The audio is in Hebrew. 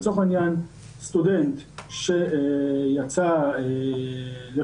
לצורך העניין, סטודנט שיצא לחו"ל,